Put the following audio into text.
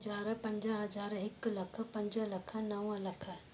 हज़ार पंज हज़ार हिकु लखु पंज लख नव लख